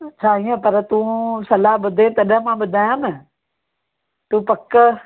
छा इअं पर तूं सलाह ॿुधे तॾहिं मां ॿुधायां न तूं पक